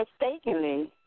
mistakenly